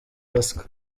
ruswa